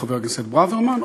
חבר הכנסת ברוורמן,